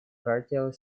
fertile